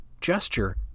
gesture